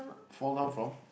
fall down from